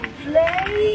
play